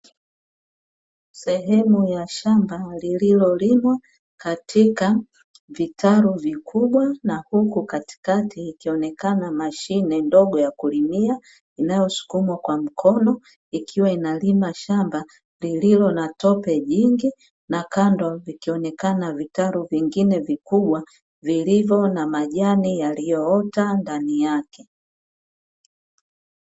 Sehemu ya shamba lililolimwa katika vitalu vikubwa na huku katikati ikionekana mashine ndogo ya kulimia inayosukumwa kwa mkono, ikiwa inalima shamba lililo na tope nyingi na kando vikionekana vitalu vingine vikubwa vilivyo na majani yaliyoota ndani yake.